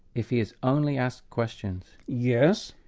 if he is only asked questions. yes.